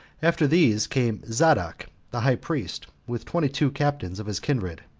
after these came zadok the high priest, with twenty-two captains of his kindred.